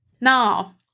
Now